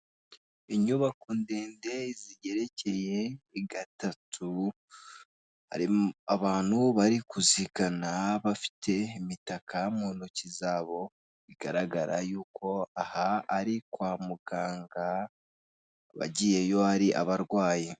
Inyubako ndende zigerekeye gatatu abantu bari kuzikana bafite imitaka mu ntoki zabo, bigaragara yuko aha ari kwa muganga, abagiyeyo ari abarwayi.